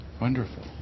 Wonderful